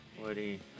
Woody